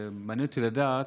ומעניין אותי לדעת,